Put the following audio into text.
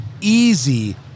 easy